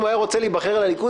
אם הוא היה רוצה להיבחר לליכוד,